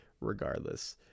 regardless